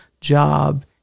job